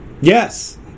Yes